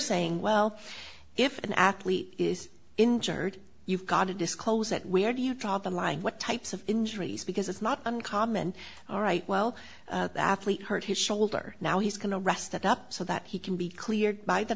saying well if an athlete is injured you've got to disclose it where do you draw the line what types of injuries because it's not uncommon all right well the athlete hurt his shoulder now he's going to rest up so that he can be cleared by the